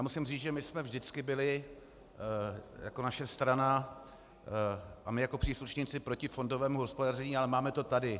Musím říct, že my jsme vždycky byli jako naše strana a my jako příslušníci proti fondovému hospodaření, ale máme to tady.